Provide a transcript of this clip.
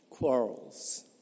quarrels